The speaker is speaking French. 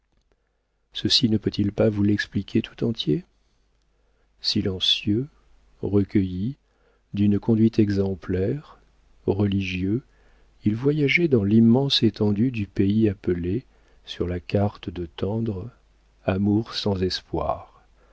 ceci ne peut-il pas vous l'expliquer tout entier silencieux recueilli d'une conduite exemplaire religieux il voyageait dans l'immense étendue du pays appelé sur la carte de tendre amour sans espoir les